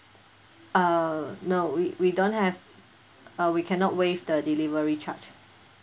uh no we we don't have uh we cannot waive the delivery charge